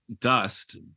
dust